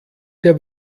der